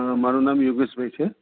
મારુ નામ યોગેશભાઈ છે